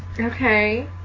Okay